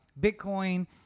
Bitcoin